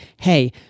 hey